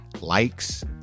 likes